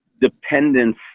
dependence